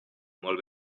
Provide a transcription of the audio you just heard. molt